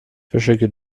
försöker